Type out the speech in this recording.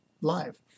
live